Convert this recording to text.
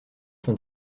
fin